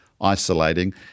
isolating